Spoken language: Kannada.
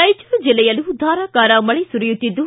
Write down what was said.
ರಾಯಚೂರು ಜಿಲ್ಲೆಯಲ್ಲೂ ಧಾರಾಕಾರ ಮಳೆ ಸುರಿಯುತ್ತಿದ್ದು